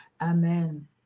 Amen